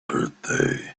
birthday